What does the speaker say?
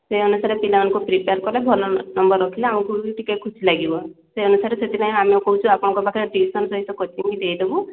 ସେ ଅନୁସାରେ ପିଲାମାନଙ୍କୁ ପ୍ରିପେୟାର୍ କଲେ ଭଲ ନ ନମ୍ବର୍ ରଖିଲେ ଆମକୁ ବି ଟିକିଏ ଖୁସି ଲାଗିବ ସେ ଅନୁସାରେ ସେଥିପାଇଁ ଆମେ କହୁଛୁ ଆପଣଙ୍କ ପାଖରେ ଟିଉସନ୍ ସହିତ କୋଚିଙ୍ଗ୍ ବି ଦେଇଦେବୁ